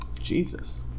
Jesus